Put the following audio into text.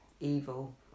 evil